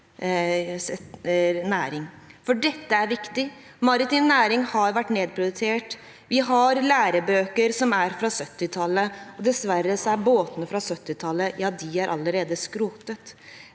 dette er viktig. Maritim næring har vært nedprioritert. Vi har lærebøker som er fra 1970-tallet. Dessverre er båtene fra 1970-tallet allerede skrotet.